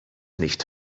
nicht